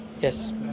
Yes